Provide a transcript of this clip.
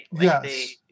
Yes